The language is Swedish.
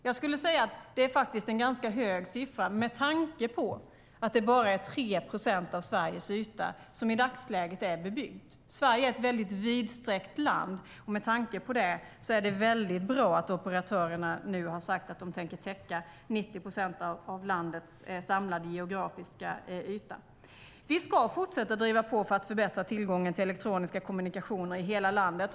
Jag skulle säga att det är en ganska hög siffra, med tanke på att bara 3 procent av Sveriges yta är bebyggd i dagsläget. Sverige är ett vidsträckt land och med tanke på det är det väldigt bra att operatörerna nu tänker täcka 90 procent av landets samlade geografiska yta. Vi ska fortsätta driva på för att förbättra tillgången till elektroniska kommunikationer i hela landet.